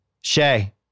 Shay